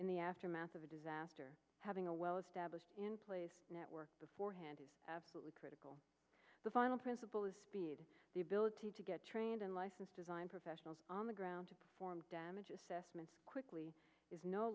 in the aftermath of a disaster having a well established in place network beforehand is absolutely critical the final principle is speed the ability to get trained and licensed design professionals on the ground to perform damage assessments quickly is no